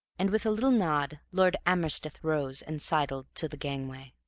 and, with a little nod, lord amersteth rose and sidled to the gangway.